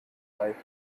greift